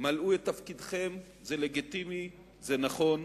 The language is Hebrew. מלאו את תפקידכם, זה לגיטימי, זה נכון,